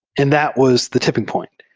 and that was the tipping point.